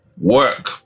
work